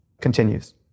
continues